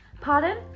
Pardon